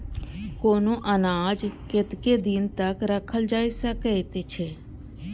कुनू अनाज कतेक दिन तक रखल जाई सकऐत छै?